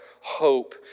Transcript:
hope